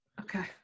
Okay